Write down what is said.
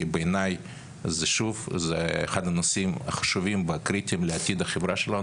כי בעיניי זה אחד הנושאים החשובים והקריטיים לעתיד החברה שלנו,